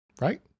Right